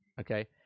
okay